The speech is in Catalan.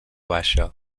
baixa